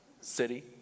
city